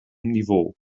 niveau